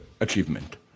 achievement